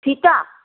ঘিতা